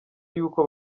yuko